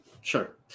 Sure